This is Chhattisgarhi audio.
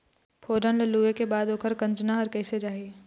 फोरन ला लुए के बाद ओकर कंनचा हर कैसे जाही?